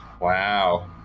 Wow